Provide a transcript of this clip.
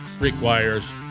requires